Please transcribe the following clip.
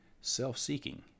Self-seeking